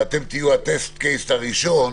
ואתם תהיו מקרה המבחן הראשון